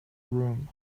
room